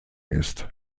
ist